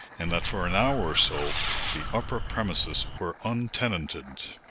and that for an hour or so the upper premises were untenanted.